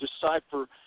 decipher